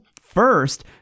first